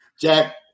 Jack